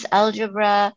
algebra